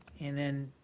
and then,